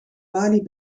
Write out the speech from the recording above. balie